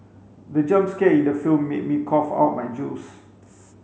the jump scare in the film made me cough out my juice